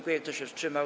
Kto się wstrzymał?